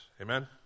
Amen